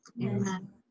Amen